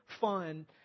fun